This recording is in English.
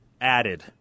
added